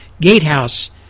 Gatehouse